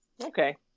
Okay